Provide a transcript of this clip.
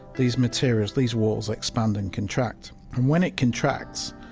these materials, these walls, expand and contract, and when it contracts,